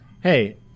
hey